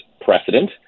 precedent